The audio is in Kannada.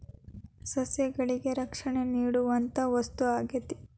ಸಸ್ಯಗಳಿಗೆ ರಕ್ಷಣೆ ನೇಡುವಂತಾ ವಸ್ತು ಆಗೇತಿ